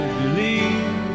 believe